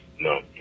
no